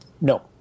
No